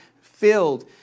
filled